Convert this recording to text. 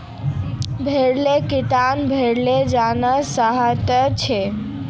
भेड़ेर क्रचिंग भेड़ेर तने सेहतमंद छे